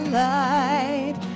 light